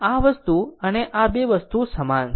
આ વસ્તુ અને આ 2 વસ્તુઓ સમાન છે